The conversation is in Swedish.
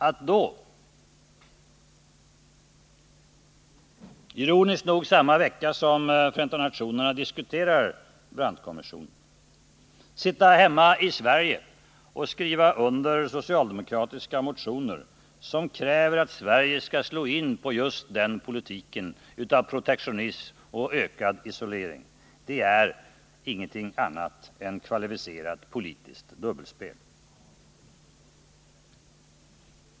Att då — ironiskt nog samma vecka som Förenta nationerna diskuterade Brandtkommissionen — sitta hemma i Sverige och skriva motioner, där det krävs att Sverige skall välja just en politik med protektionism och ökad isolering, är ingenting annat än kvalificerat politiskt dubbelspel.